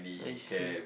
I see